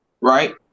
Right